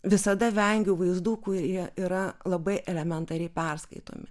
visada vengiu vaizdų kurie yra labai elementariai perskaitomi